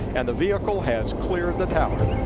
and the vehicle has cleared the tower.